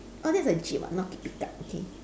orh that's a jeep ah not pick pick up okay